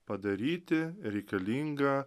padaryti reikalingą